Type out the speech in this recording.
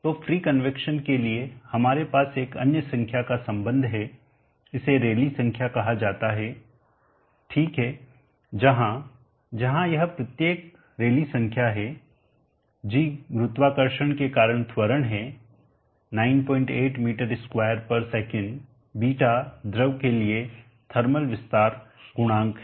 तो free convection के लिए हमारे पास एक अन्य संख्या का संबंध है इसे रैली संख्या कहा जाता है ठीक है जहां जहां यह प्रत्येक रैली संख्या है g गुरुत्वाकर्षण के कारण त्वरण है 98 m2s ß द्रव के थर्मल विस्तार का गुणांक है